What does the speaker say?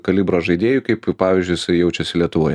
kalibro žaidėju kaip pavyzdžiuijisai jaučiasi lietuvoj